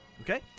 Okay